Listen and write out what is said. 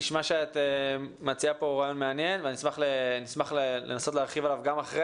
נשמע שאת מציעה כאן רעיון מעניין ונשמח לנסות להרחיב עליו גם אחרי